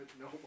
No